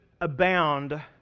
abound